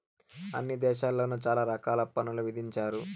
అన్ని దేశాల్లోను చాలా రకాల పన్నులు విధించారు